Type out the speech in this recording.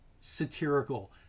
satirical